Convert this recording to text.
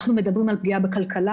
אנחנו מדברים גם על פגיעה בכלכלה,